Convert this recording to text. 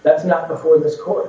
that not before this court